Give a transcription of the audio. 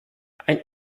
ein